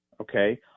okay